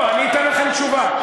לא לא, אתן לכם תשובה.